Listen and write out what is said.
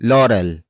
Laurel